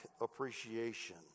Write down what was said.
appreciation